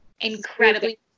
incredibly